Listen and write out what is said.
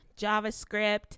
JavaScript